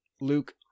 Luke